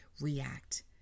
react